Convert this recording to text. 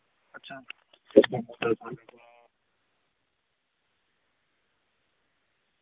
अच्छा